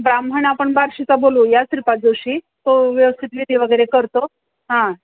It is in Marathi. ब्राह्मण आपण बारशीचा बोलवूया श्रीपाद जोशी तो व्यवस्थित विधी वगैरे करतो हां